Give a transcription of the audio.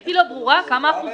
הייתי לא ברורה, כמה אחוזים?